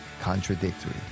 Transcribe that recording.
contradictory